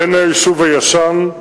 בן היישוב הישן,